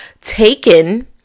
taken